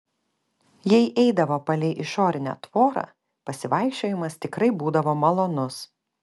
jei eidavo palei išorinę tvorą pasivaikščiojimas tikrai būdavo malonus